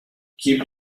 keep